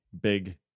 big